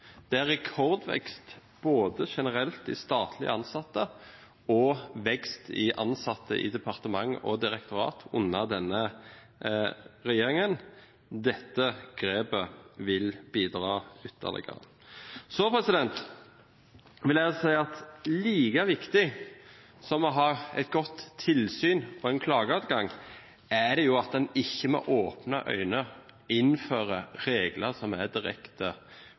det er under denne regjeringen rekordvekst generelt i statlig ansatte og vekst i ansatte i departementer og direktorater. Dette grepet vil bidra ytterligere. Så vil jeg si at like viktig som å ha et godt tilsyn og en klageadgang er det at en ikke med åpne øyne innfører regler som er direkte